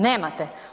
Nemate.